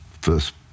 first